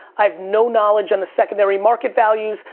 i've no knowledge on the secondary market values.